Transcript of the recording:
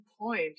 point